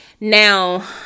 Now